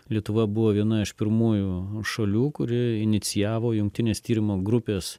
lietuva buvo viena iš pirmųjų šalių kuri inicijavo jungtinės tyrimo grupės